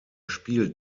spielt